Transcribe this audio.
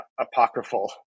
apocryphal